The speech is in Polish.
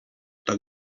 tak